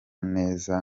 neza